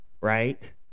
right